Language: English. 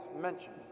mentioned